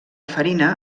farina